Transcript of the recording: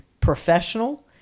professional